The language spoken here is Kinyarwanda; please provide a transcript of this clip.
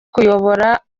kuyobora